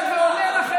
חס וחלילה.